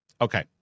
Okay